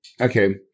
Okay